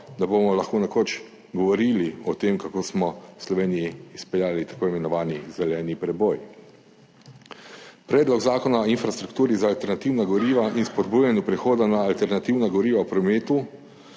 da bomo lahko nekoč govorili o tem, kako smo v Sloveniji izpeljali tako imenovani zeleni preboj. Predlog zakona o infrastrukturi za alternativna goriva in spodbujanju prehoda na alternativna goriva v prometu